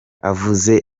avuze